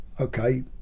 okay